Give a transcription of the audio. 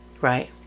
Right